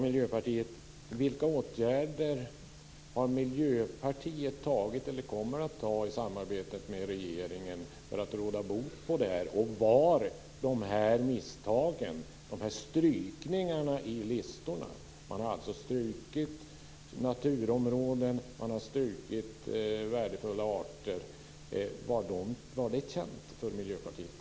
Miljöpartiet har tagit eller kommer att ta i samarbetet med regeringen för att råda bot på det här. Jag vill också fråga om misstagen, om strykningarna i listorna. Man har strukit naturområden och värdefulla arter. Var det känt för Miljöpartiet?